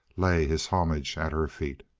lay his homage at her feet.